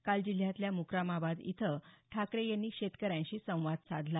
काल जिल्ह्यातल्या मुक्रामाबाद इथं ठाकरे यांनी शेतकऱ्यांशी संवाद साधला